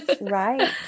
Right